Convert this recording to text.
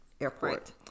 Airport